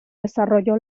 desarrolló